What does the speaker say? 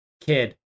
Kid